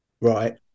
right